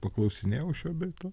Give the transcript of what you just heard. paklausinėjau šio bei to